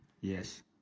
Yes